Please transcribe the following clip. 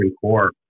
core